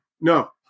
No